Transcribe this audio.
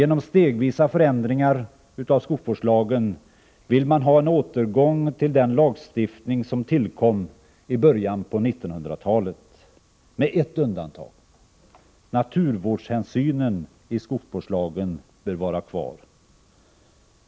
Genom stegvisa förändringar av skogsvårdslagen vill man ha en återgång till den lagstiftning som tillkom i början av 1900-talet, med ett undantag — naturvårdshänsynen i skogsvårdslagen bör vara kvar.